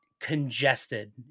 congested